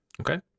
Okay